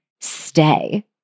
stay